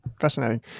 Fascinating